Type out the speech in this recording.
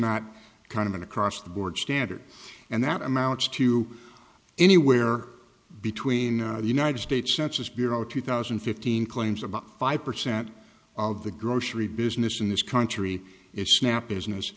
not kind of an across the board standard and that amounts to anywhere between the united states census bureau two thousand and fifteen claims about five percent of the grocery business in this country is snap